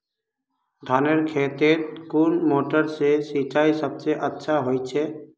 धानेर खेतोत कुन मोटर से सिंचाई सबसे अच्छा होचए?